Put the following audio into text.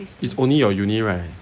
is only your uni right